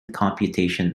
computation